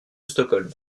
stockholm